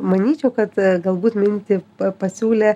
manyčiau kad galbūt mintį pasiūlė